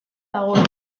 dagoena